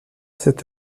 sept